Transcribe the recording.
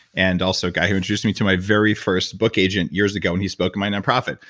and also guy who introduced me to my very first book agent years ago, and he spoke at my non-profit.